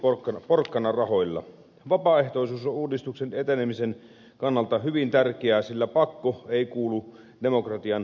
vapaaehtoisuus on uudistuksen etenemisen kannalta hyvin tärkeää sillä pakko ei kuulu demokratian työvälineisiin